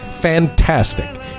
Fantastic